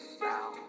now